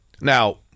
Now